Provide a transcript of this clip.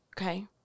Okay